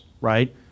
right